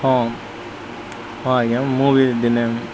ହଁ ଆଜ୍ଞା ମୁଁ ବି ଦିନେ